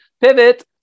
Pivot